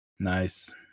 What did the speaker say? Nice